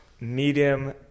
medium